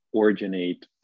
originate